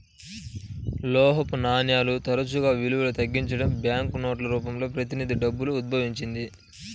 లోహపు నాణేలు తరచుగా విలువ తగ్గించబడటం, బ్యాంకు నోట్ల రూపంలో ప్రతినిధి డబ్బు ఉద్భవించింది